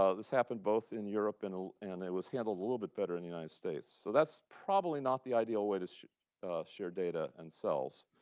ah this happened both in europe ah and it was handled a little bit better in the united states. so that's probably not the ideal way to share data and sells.